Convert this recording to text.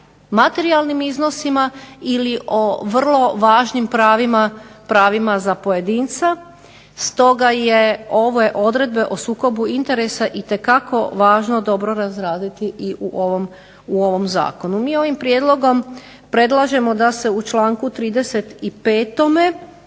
materijalnim iznosima ili o vrlo važnim pravima za pojedinca stoga je ove odredbe o sukobu interesa itekako važno dobro razraditi i u ovom zakonu. Mi ovim prijedlogom predlažemo da se u članku 35.